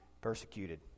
persecuted